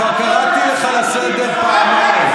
כבר קראתי אותך לסדר פעמיים.